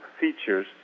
features